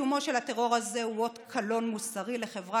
המשך קיומו של הטרור הזה הוא אות קלון מוסרי לחברה